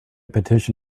petition